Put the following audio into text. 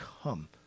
come